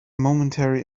momentary